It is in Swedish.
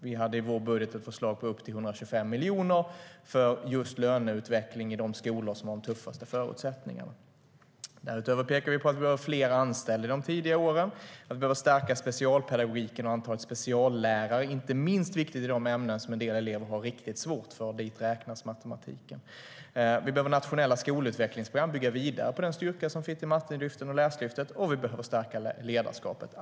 Vi hade i vår budget ett förslag på upp till 125 miljoner för löneutveckling i de skolor som har de tuffaste förutsättningarna. Vi behöver nationella skolutvecklingsprogram och bygga vidare på den styrka som finns i Mattelyftet och Läslyftet, och vi behöver stärka ledarskapet.